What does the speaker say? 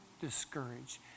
discouraged